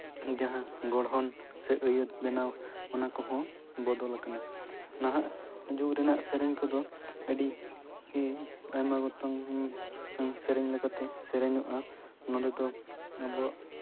ᱡᱟᱦᱟᱸ ᱜᱚᱲᱦᱚᱱ ᱥᱮ ᱟᱹᱭᱟᱹᱛ ᱵᱮᱱᱟᱣ ᱚᱱᱟ ᱠᱚᱦᱚᱸ ᱵᱚᱫᱚᱞ ᱠᱟᱱᱟ ᱱᱟᱦᱟᱜ ᱡᱩᱜᱽ ᱥᱮᱨᱮᱧ ᱠᱚᱫᱚ ᱟᱹᱰᱤ ᱜᱮ ᱟᱭᱢᱟ ᱜᱚᱴᱟᱝ ᱥᱮᱨᱮᱧ ᱞᱮᱠᱟᱛᱮ ᱥᱮᱨᱮᱧᱚᱜᱼᱟ ᱱᱚᱸᱰᱮ ᱫᱚ ᱟᱵᱚᱣᱟᱜ